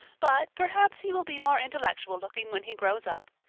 but perhaps he will be more intellectual looking when he grows up.